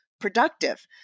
productive